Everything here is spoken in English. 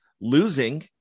losing